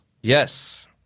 yes